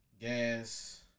Gas